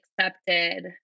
accepted